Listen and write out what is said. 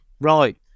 Right